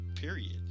period